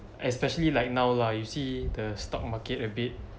especially like now lah you see the stock market a bit